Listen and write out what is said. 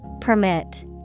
Permit